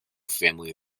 family